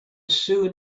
soon